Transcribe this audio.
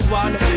one